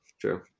True